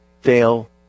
fail